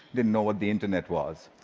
didn't know what the internet was.